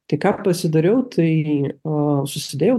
tai ką pasidariau tai a susidėjau